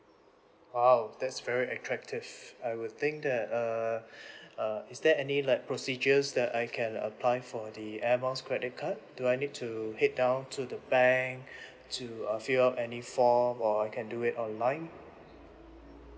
!wow! that's very attractive I would think that err uh is there any like procedures that I can apply for the air miles credit card do I need to head down to the bank to uh fill up any form or I can do it online